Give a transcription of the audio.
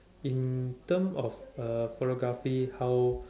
in term of uh photography how